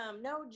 No